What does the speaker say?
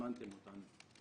שהזמנתם אותנו.